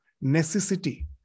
necessity